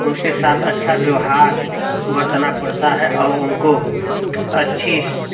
उनके साथ अच्छा व्यवहार बरतना पड़त है और उनको अच्छी स्स